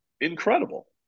incredible